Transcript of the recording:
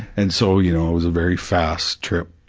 and so you know, it was a very fast trip